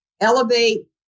Elevate